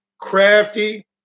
crafty